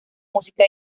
música